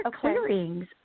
clearings